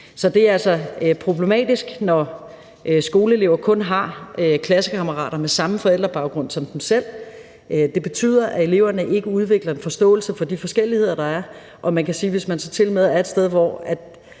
Så det er altså problematisk, når skoleelever kun har klassekammerater med samme forældrebaggrund som dem selv. Det betyder, at eleverne ikke udvikler en forståelse for de forskelligheder, der er, og man kan sige, at hvis de så tilmed er et sted, hvor